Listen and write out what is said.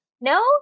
No